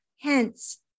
hence